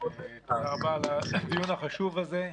ותודה רבה על הדיון החשוב הזה.